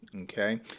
Okay